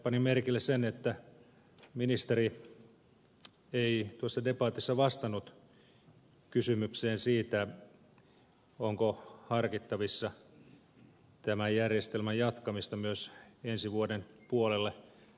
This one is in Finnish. panin merkille sen että ministeri ei tuossa debatissa vastannut kysymykseen siitä onko harkittavissa tämän järjestelmän jatkamista myös ensi vuoden puolelle